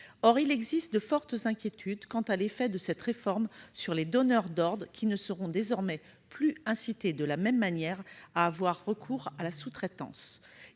Or il existe de fortes inquiétudes quant à l'effet de cette réforme sur les donneurs d'ordre, qui ne seront désormais plus incités de la même manière à avoir recours à la sous-traitance.